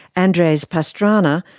andres pastrana,